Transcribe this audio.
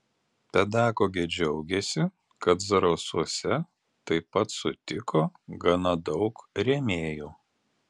pedagogė džiaugėsi kad zarasuose taip pat sutiko gana daug rėmėjų